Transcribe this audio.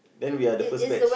then we are the first batch